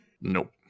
Nope